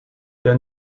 then